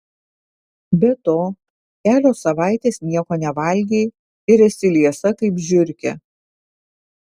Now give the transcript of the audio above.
be to kelios savaitės nieko nevalgei ir esi liesa kaip žiurkė